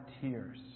tears